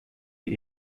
die